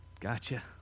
Gotcha